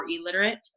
illiterate